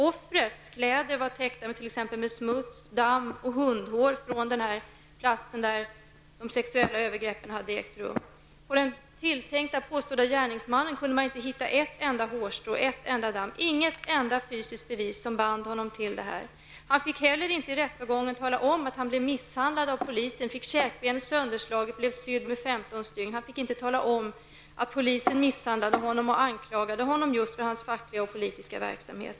Offrets kläder var täckta med t.ex. smuts, damm och hundhår från platsen där det sexuella övergreppet hade ägt rum. På den påstådda gärningsmannen kunde man inte inte hitta ett enda hårstrå eller något damm. Det fanns inte ett enda fysiskt bevis som band honom till detta brott. Han fick under rättegången inte heller tala om att han blev misshandlad av polisen -- 15 stygn. Han fick inte heller tala om att polisen, när den misshandlade honom, anklagade honom just för hans fackliga och politiska verksamhet.